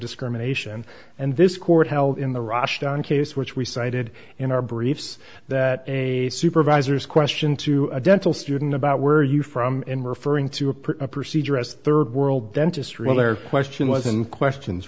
discrimination and this court held in the rushed down case which we cited in our briefs that a supervisors question to a dental student about where are you from in referring to report a procedure as rd world dentist rule or question wasn't questions